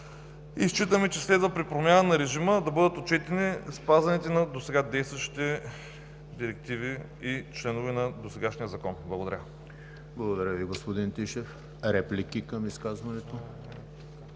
и считаме, че следва при промяна на режима да бъдат отчетени спазените досега действащи директиви и членове на досегашния Закон. Благодаря. ПРЕДСЕДАТЕЛ ЕМИЛ ХРИСТОВ: Благодаря Ви, господин Тишев. Реплики към изказването?